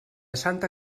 santa